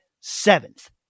seventh